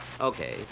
Okay